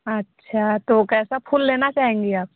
अच्छा तो कैसा फूल लेना चाहेंगी आप